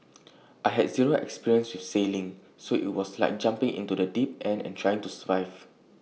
I had zero experience with sailing so IT was like jumping into the deep end and trying to survive